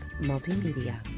Multimedia